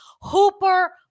hooper